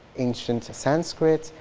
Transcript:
ancient sanskrit,